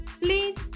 Please